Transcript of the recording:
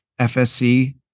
FSC